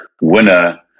winner –